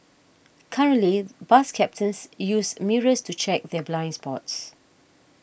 currently bus captains use mirrors to check their blind spots